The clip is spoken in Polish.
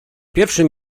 pierwszym